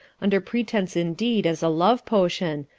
under pretense indeed as a love potion,